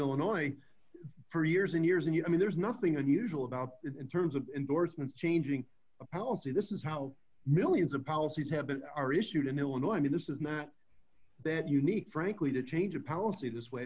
illinois for years and years and i mean there's nothing unusual about it in terms of endorsements changing a policy this is how millions of policies have that are issued in illinois i mean this is a bit unique frankly to change a policy this way